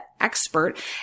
expert